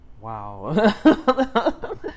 wow